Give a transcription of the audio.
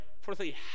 fourthly